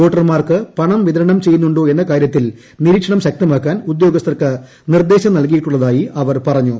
വോട്ടർമാർക്ക് പണം വിതരണം ചെയ്യുന്നുണ്ടോ എന്ന കാര്യത്തിൽ നിരീക്ഷണം ശക്തമാക്കാൻ ഉദ്യോഗസ്ഥർക്ക് നിർദ്ദേശം നല്കിയിട്ടുള്ളതായി അവർ പറഞ്ഞു